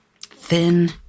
thin